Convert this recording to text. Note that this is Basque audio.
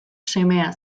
semea